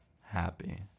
happy